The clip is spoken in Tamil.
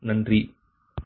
நன்றி